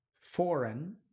foreign